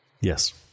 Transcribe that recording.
Yes